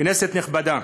כנסת נכבדה,